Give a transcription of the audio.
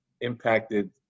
impacted